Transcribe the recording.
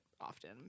often